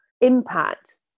impact